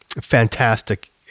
fantastic